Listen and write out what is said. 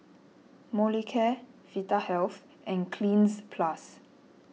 Molicare Vitahealth and Cleanz Plus